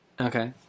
Okay